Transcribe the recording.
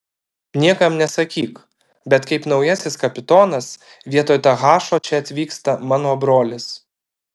niekam nesakyk bet kaip naujasis kapitonas vietoj tahašo čia atvyksta mano brolis